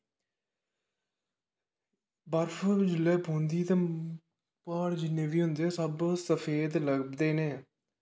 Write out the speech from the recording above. बर्फ जिसलै पौंदी ऐ इत्थै प्हाड़ जिन्ने बी होंदे सब सफेद लभदे ना